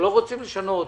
או לא רוצים לשנות,